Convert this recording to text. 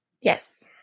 Yes